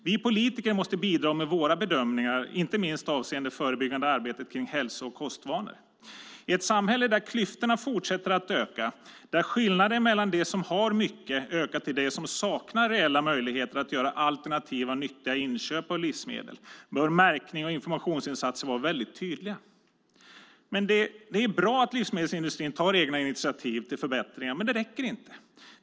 Vi politiker måste bidra med våra bedömningar, inte minst avseende det förebyggande arbetet kring hälso och kostvanor. I ett samhälle där klyftorna fortsätter att öka, där skillnaden mellan de som har mycket ökar till dem som saknar reella möjligheter att göra alternativa, nyttiga inköp av livsmedel bör märkning och informationsinsatser vara väldigt tydliga. Det är bra att livsmedelsindustrin tar egna initiativ till förbättringar, men det räcker inte.